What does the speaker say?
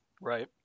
Right